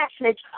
message